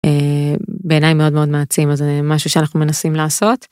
בעיניי מאוד מאוד מעצים זה משהו שאנחנו מנסים לעשות.